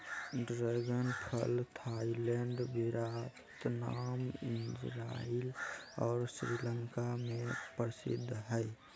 dragon फल Thailand Vietnam, Israel और श्रीलंका में प्रसिद्ध हइ